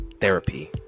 therapy